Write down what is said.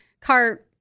car